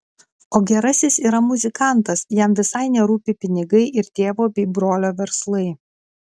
o gerasis yra muzikantas jam visai nerūpi pinigai ir tėvo bei brolio verslai